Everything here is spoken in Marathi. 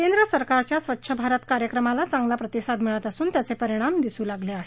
केंद्र सरकारच्या स्वच्छ भारत कार्यक्रमाला चागला प्रतिसाद मिळत असून त्याचे परिणाम दिसू लागले आहेत